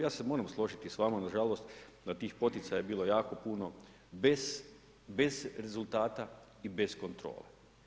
Ja se moram složiti s vama, na žalost, da tih poticaja je bilo jako puno bez rezultata i bez kontrole.